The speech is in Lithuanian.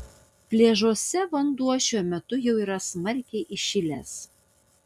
pliažuose vanduo šiuo metu jau yra smarkiai įšilęs